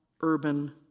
urban